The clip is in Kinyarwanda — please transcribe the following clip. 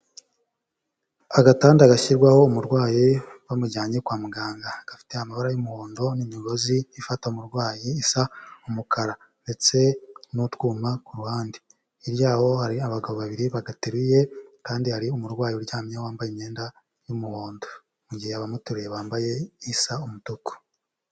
Agatanda gashyirwaho umurwayi bamujyanye kwa muganga, gafite amabara y'umuhondo n'imigozi ifata umurwayi isa umukara ndetse n'utwuma ku ruhande, hirya yaho hari abagabo babiri bagateruye kandi hari umurwayi uryamyeho wambaye imyenda y'umuhondo, mu gihe abamuteruye bambaye isa umutuku.